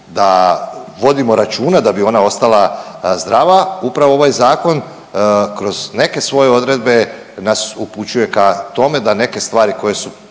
da vodimo računa da bi ona ostala zdrava, upravo ovaj zakon kroz neke svoje odredbe nas upućuje ka tome da neke stvari koje su